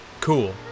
Cool